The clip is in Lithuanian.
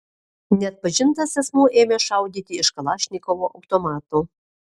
neatpažintas asmuo ėmė šaudyti iš kalašnikovo automato